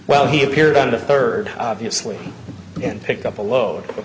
well he appeared on the third obviously and pick up a load